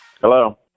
Hello